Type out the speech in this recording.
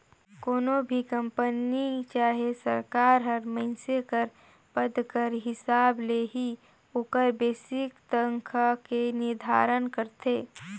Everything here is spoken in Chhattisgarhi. कोनो भी कंपनी चहे सरकार हर मइनसे कर पद कर हिसाब ले ही ओकर बेसिक तनखा के निरधारन करथे